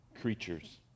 creatures